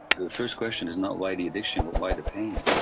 the first question is not why the addiction but why the pain.